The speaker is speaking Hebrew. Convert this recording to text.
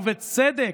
ובצדק,